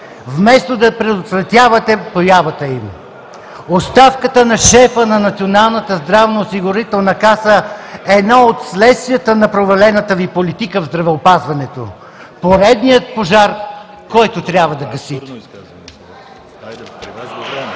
вместо да предотвратявате появата им. Оставката на шефа на Националната здравноосигурителна каса е едно от следствията на провалената Ви политика в здравеопазването – поредният пожар, който трябва да гасите. (Ръкопляскания